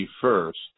first